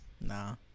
Nah